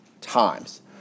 times